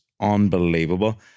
unbelievable